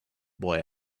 boy